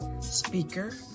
speaker